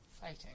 fighting